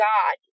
God